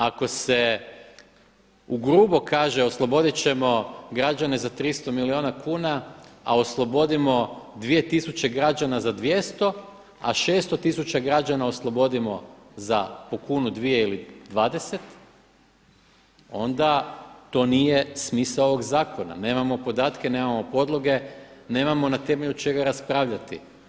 Ako se ugrubo kaže osloboditi ćemo građane za 300 milijuna kuna a oslobodimo 2 tisuće građana za 200 a 600 tisuća građana oslobodimo za po kunu, dvije ili 20 onda to nije smisao ovog zakona, nemamo podatke, nemamo podloge, nemamo na temelju čega raspravljati.